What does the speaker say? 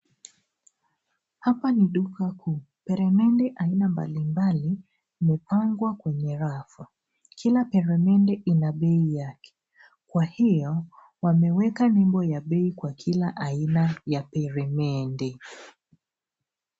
Hapa ni duka kuu. Peremende aina mbali mbali zimepangwa kwenye rafu. Kila peremende ina bei yake. Kwa hio, wameweka nebo ya bei kwa kila aina ya peremende.